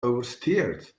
oversteered